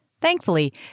Thankfully